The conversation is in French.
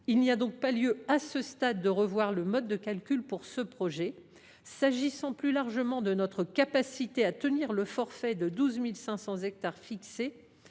Il n’y a donc pas lieu, à ce stade, de revoir le mode de calcul retenu pour ce projet. S’agissant plus largement de notre capacité à respecter le forfait de 12 500 hectares,